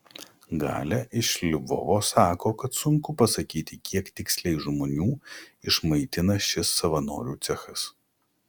galia iš lvovo sako kad sunku pasakyti kiek tiksliai žmonių išmaitina šis savanorių cechas